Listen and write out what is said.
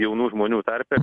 jaunų žmonių tarpe